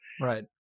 Right